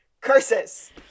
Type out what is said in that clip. Curses